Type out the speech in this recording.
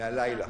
מהלילה.